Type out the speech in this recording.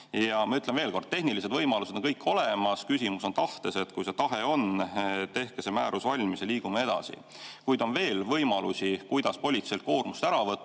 Ja ma ütlen veel kord, tehnilised võimalused on kõik olemas, küsimus on tahtes. Kui see tahe on, tehke see määrus valmis ja liigume edasi. Kuid on veel võimalusi, kuidas politseilt koormust ära võtta,